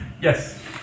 Yes